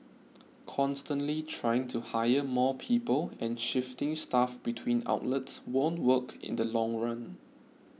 constantly trying to hire more people and shifting staff between outlets won't work in the long run